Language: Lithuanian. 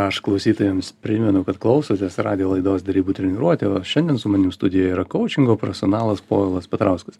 aš klausytojams primenu kad klausotės radijo laidos derybų treniruotė o šiandien su manim studijoje yra koučingo profesionalas povilas petrauskas